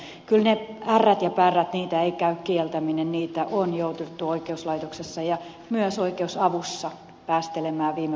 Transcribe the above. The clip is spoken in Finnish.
mutta kyllä niitä ärriä ja pärriä ei käy kieltäminen niitä on jouduttu oikeuslaitoksessa ja myös oikeusavussa päästelemään viime vuosina liikaa